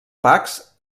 pacs